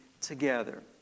together